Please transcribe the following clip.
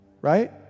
Right